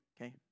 okay